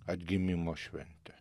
atgimimo šventę